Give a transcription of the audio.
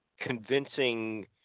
convincing